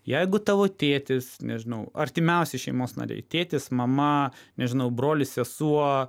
jeigu tavo tėtis nežinau artimiausi šeimos nariai tėtis mama nežinau brolis sesuo